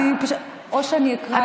לא, אני פשוט, תעני לי על השאלה.